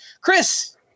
Chris